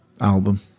album